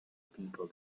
people